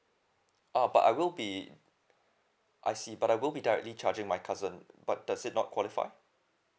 ah but I will be I see but I will be directly charging my cousin but does it not qualified